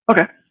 Okay